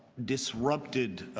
disrupted